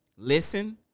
Listen